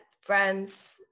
friends